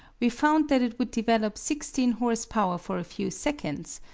we found that it would develop sixteen horse-power for a few seconds,